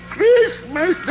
Christmas